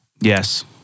Yes